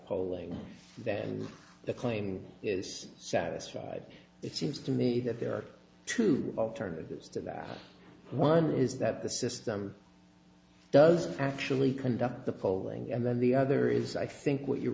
polling that and the cleaning is satisfied it seems to me that there are two alternatives to that one is that the system does actually conduct the polling and then the other is i think what you're